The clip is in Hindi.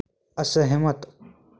असहमत